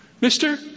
Mister